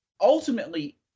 ultimately